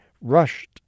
rushed